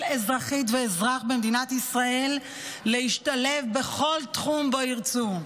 אזרחית ואזרח במדינת ישראל להשתלב בכל תחום שבו ירצו.